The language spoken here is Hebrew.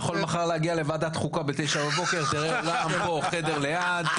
אתה יכול מחר להגיע לוועדת חוקה ב-9:00 תראה אולם פה חדר ליד.